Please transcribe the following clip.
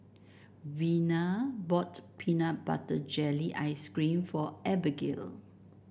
Vena bought Peanut Butter Jelly Ice cream for Abigail